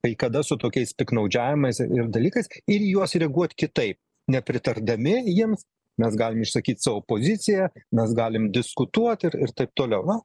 kai kada su tokiais piktnaudžiavimais ir dalykais ir į juos reaguot kitaip nepritardami jiems mes galim išsakyt savo poziciją mes galim diskutuot ir ir taip toliau na